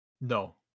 No